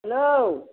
hello